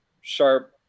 sharp